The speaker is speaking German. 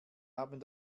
haben